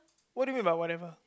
what do you mean by whatever